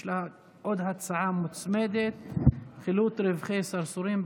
יש לה הצעה מוצמדת: חילוט רווחי סרסורים.